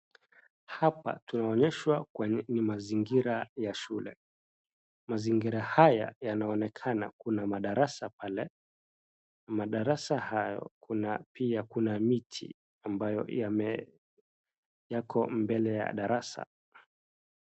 Hapa tunaonyeshwa ni mazingira ya shule. Mazingira haya yanaonekana kuna madarasa pale. Madarasa hayo kuna pia kuna miti ambayo yako mbele ya darasa.